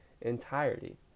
entirety